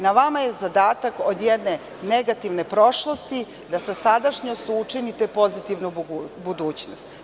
Na vama je zadatak od jedne negativne prošlosti, da u sadašnjosti učinite pozitivnu budućnost.